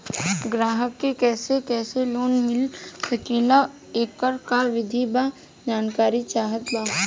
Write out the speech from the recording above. ग्राहक के कैसे कैसे लोन मिल सकेला येकर का विधि बा जानकारी चाहत बा?